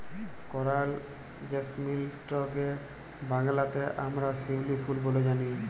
করাল জেসমিলটকে বাংলাতে আমরা শিউলি ফুল ব্যলে জানি